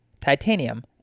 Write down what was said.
titanium